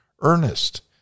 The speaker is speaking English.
earnest